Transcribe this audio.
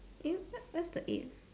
eh what what's the eighth